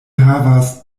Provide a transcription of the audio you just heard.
havas